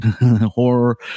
horror